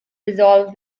resolve